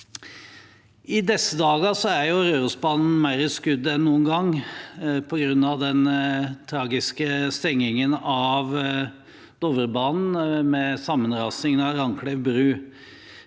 I disse dager er jo Rørosbanen mer i skuddet enn noen gang på grunn av den tragiske stengningen av Dovrebanen etter sammenrasingen av Randklev bru.